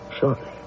shortly